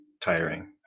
tiring